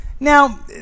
now